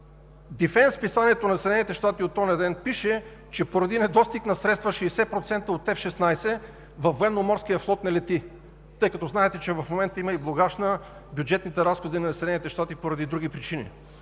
„Дифенс“ – списанието на Съединените щати от онзи ден, пише, че поради недостиг на средства 60% от F-16 във Военноморския флот не лети, тъй като знаете, че в момента има и блокаж на бюджетните разходи на Съединените щати поради други причини.